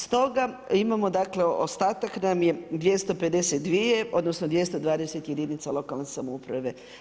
Stoga imamo ostatak nam je 252, odnosno 220 jedinica lokalne samouprave.